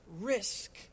risk